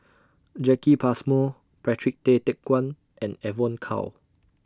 Jacki Passmore Patrick Tay Teck Guan and Evon Kow